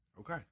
Okay